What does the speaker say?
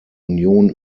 union